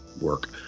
work